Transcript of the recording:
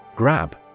Grab